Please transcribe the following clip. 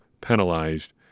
penalized